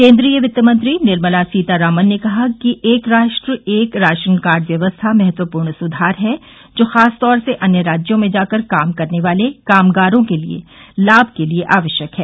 केन्द्रीय वित्तमंत्री निर्मला सीतारामन ने कहा कि एक राष्ट्र एक राशन कार्ड व्यवस्था महत्वपूर्ण सुधार है जो खासतौर से अन्य राज्यों में जाकर काम करने वाले कामगारों के लाम के लिए आवश्यक है